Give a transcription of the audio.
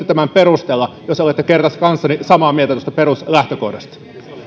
tämän perustella jos olette kerta kanssani samaa mieltä tuosta peruslähtökohdasta